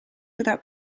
without